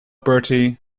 bertie